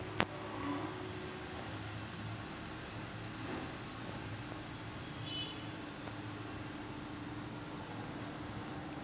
तरलता जोखीम एक आर्थिक जोखीम आहे जी विशिष्ट कालावधीसाठी उद्भवते